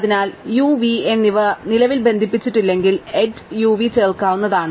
അതിനാൽ u v എന്നിവ നിലവിൽ ബന്ധിപ്പിച്ചിട്ടില്ലെങ്കിൽ എഡ്ജ് u v ചേർക്കാവുന്നതാണ്